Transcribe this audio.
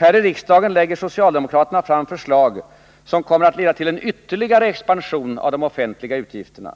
Här i riksdagen lägger socialdemokraterna fram förslag som kommer att leda till en ytterligare expansion av de offentliga utgifterna.